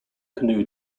canoe